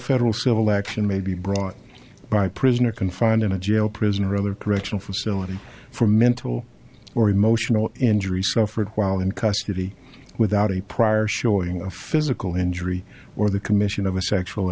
federal civil action may be brought by prisoner confined in a jail prison rather correctional facility for mental or emotional injury suffered while in custody without a prior showing of physical injury or the commission of a sexual